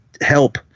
Help